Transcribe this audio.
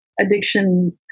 addiction